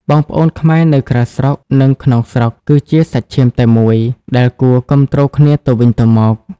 បងប្អូនខ្មែរនៅក្រៅស្រុក និងក្នុងស្រុក គឺជា "សាច់ឈាមតែមួយ" ដែលគួរគាំទ្រគ្នាទៅវិញទៅមក។